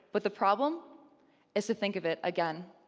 but the problem is to think of it again.